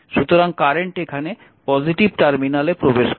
সুতরাং কারেন্ট এখানে পজিটিভ টার্মিনালে প্রবেশ করছে